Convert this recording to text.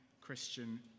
Christian